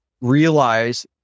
realize